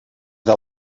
per